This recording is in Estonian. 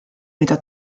mida